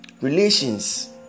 Relations